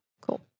Cool